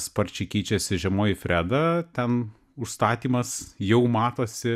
sparčiai keičiasi žemoji freda ten užstatymas jau matosi